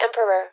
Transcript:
Emperor